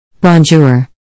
Bonjour